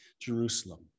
Jerusalem